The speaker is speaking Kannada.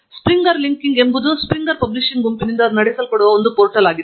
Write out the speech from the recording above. ಸ್ಪ್ರಿಂಗರ್ ಲಿಂಕಿಂಗ್ ಎಂಬುದು ಸ್ಪ್ರಿಂಗರ್ ಪಬ್ಲಿಷಿಂಗ್ ಗುಂಪಿನಿಂದ ನಡೆಸಲ್ಪಡುವ ಒಂದು ಪೋರ್ಟಲ್ ಆಗಿದೆ